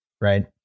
right